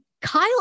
Kyle